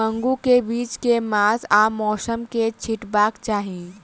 मूंग केँ बीज केँ मास आ मौसम मे छिटबाक चाहि?